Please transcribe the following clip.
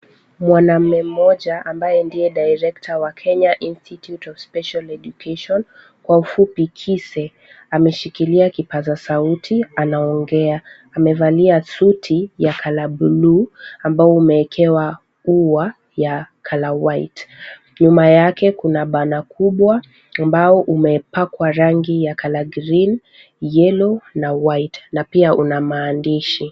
Mwanaume mmoja ambaye ndiye direkta wa Kenya Institute Of Special Education kwa ufupi KISE ameshikilia kipaza sauti anaongea. Amevalia suti ya colour buluu ambao umewekewa ua ya colour white . Nyuma yake kuna banner kubwa ambao umepakwa rangi ya colour green, yellow na white na pia una maandishi.